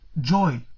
joy